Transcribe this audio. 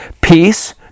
Peace